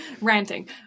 ranting